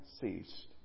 ceased